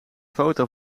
foto